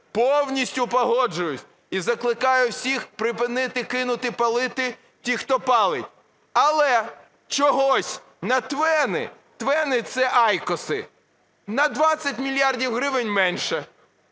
Повністю погоджусь. І закликаю всіх припинити кинути палити тих, хто палить. Але чогось на ТВЕНи, ТВЕНи – це айкоси, на 20 мільярдів гривень менше.